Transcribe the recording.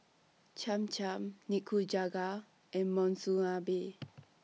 Cham Cham Nikujaga and Monsunabe